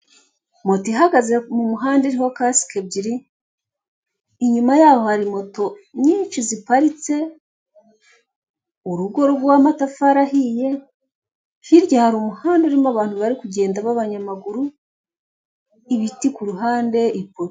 Moto ihagaze mu muhanda iriho kasike ebyiri, inyuma yaho hari moto nyinshi ziparitse, urugo rw'amatafari ahiye, hirya hari umuhanda urimo abantu bari kugenda b'abanyamaguru, ibiti ku ruhande, ipoto